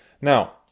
Now